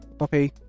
okay